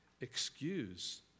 excuse